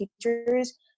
teachers